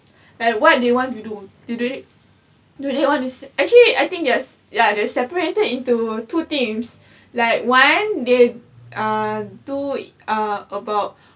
and what do you want to do you do it do they want is actually I think yes ya they separated into two teams like one they uh do uh about